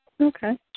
Okay